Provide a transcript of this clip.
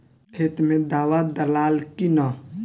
खेत मे दावा दालाल कि न?